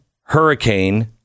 hurricane